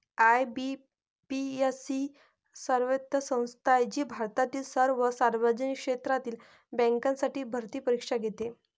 IBPS ही स्वायत्त संस्था आहे जी भारतातील सर्व सार्वजनिक क्षेत्रातील बँकांसाठी भरती परीक्षा घेते